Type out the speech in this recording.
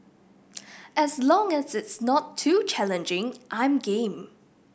as long as it's not too challenging I'm game